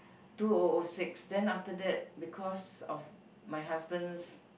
two O O six then after that because of my husband's